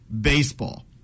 Baseball